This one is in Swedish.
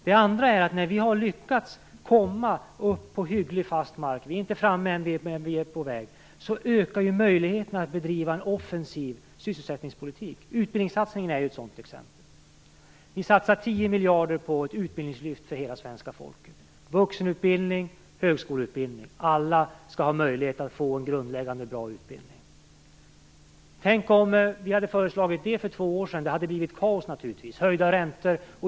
Det andra är att när vi har lyckats komma upp på hyggligt fast mark - vi är inte framme än men vi är på god väg - ökar möjligheterna att bedriva en offensiv sysselsättningspolitik. Utbildningssatsningen är ett sådant exempel. Vi satsar 10 miljarder på ett utbildningslyft för hela svenska folket. Vuxenutbildning, högskoleutbildning - alla skall ha möjlighet att få en grundläggande bra utbildning. Tänk om vi hade föreslagit det för två år sedan. Det hade naturligtvis blivit kaos, med höjda räntor.